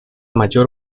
mayor